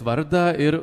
vardą ir